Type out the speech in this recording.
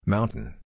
Mountain